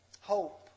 hope